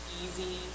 easy